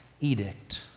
edict